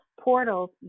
portals